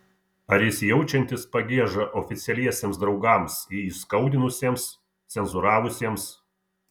ar jis jaučiantis pagiežą oficialiesiems draugams jį įskaudinusiems cenzūravusiems